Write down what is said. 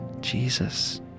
Jesus